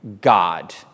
God